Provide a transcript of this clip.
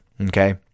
Okay